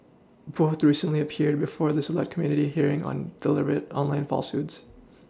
both recently appeared before the select committee hearing on deliberate online falsehoods